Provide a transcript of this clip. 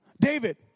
David